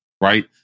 Right